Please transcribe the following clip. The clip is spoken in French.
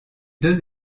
deux